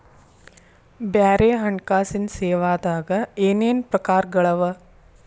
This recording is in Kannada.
ಬ್ಯಾರೆ ಹಣ್ಕಾಸಿನ್ ಸೇವಾದಾಗ ಏನೇನ್ ಪ್ರಕಾರ್ಗಳವ?